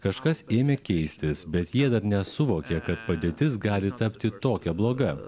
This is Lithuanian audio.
kažkas ėmė keistis bet jie dar nesuvokė kad padėtis gali tapti tokia bloga